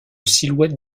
silhouette